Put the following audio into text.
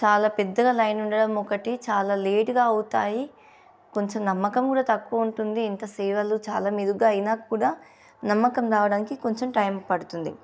చాలా పెద్దగా లైన్ ఉండడం ఒకటి చాలా లేటుగా అవుతాయి కొంచెం నమ్మకం కూడా తక్కువ ఉంటుంది ఇంత సేవలు చాలా మెరుగా అయినా కూడా నమ్మకం రాావడానికి కొంచెం టైం పడుతుంది